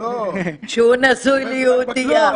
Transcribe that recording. שהוא נשוי ליהודייה.